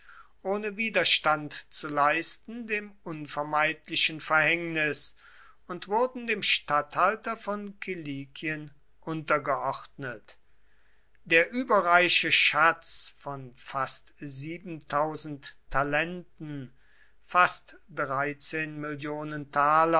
ohne widerstand zu leisten dem unvermeidlichen verhängnis und wurden dem statthalter von kilikien untergeordnet der überreiche schatz von fast talenten